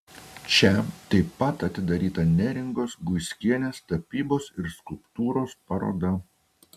čia taip pat atidaryta neringos guiskienės tapybos ir skulptūros paroda